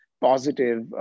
positive